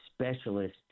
specialist